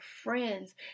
friends